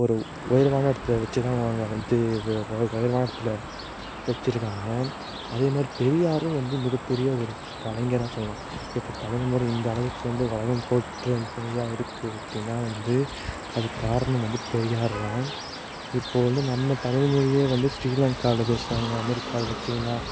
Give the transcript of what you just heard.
ஒரு உயர்வான இடத்துல வச்சுதான் அவங்க வந்து உயர்வான இடத்துல வச்சுருக்காங்க அதேமாதிரி பெரியாரும் வந்து மிகப்பெரிய ஒரு கலைஞராக சொல்லலாம் எப்படி தமிழ்மொழி இந்தளவுக்கு வந்து உலகம் போற்றும் மொழியாக இருக்குது அப்படினா வந்து அதுக்குக் காரணம் வந்து பெரியார்தான் இப்போது வந்து நம்ம தமிழ்மொழியை வந்து ஸ்ரீலங்காவில் பேசுகிறாங்க அமெரிக்காவில் சீனா